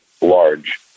large